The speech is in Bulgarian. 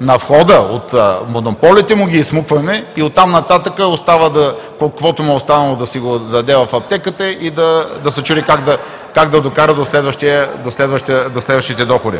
на входа от монополите му ги изсмукваме и оттам нататък, каквото му е останало, да си го даде в аптеката и да се чуди как да докара до следващите доходи.